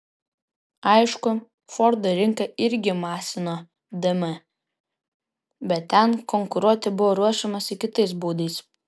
aišku fordo rinka irgi masino dm bet ten konkuruoti buvo ruošiamasi kitais būdais